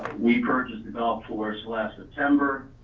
we purchased the golf course last september,